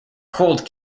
cold